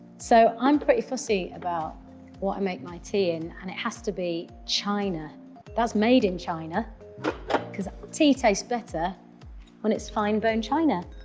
so, i'm pretty fussy about what i make my tea in and it has to be china that's made in china because tea tastes better when it's fine bone china.